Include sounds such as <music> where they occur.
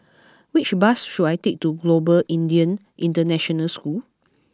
<noise> which bus should I take to Global Indian International School